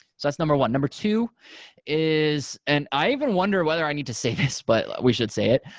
so that's number one. number two is and i even wonder whether i need to say this, but we should say it.